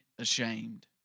ashamed